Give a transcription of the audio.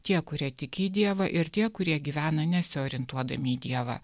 tie kurie tikį į dievą ir tie kurie gyvena nesiorientuodami į dievą